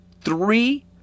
three